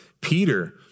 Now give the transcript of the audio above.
Peter